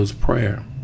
Prayer